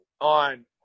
on